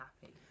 happy